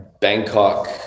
Bangkok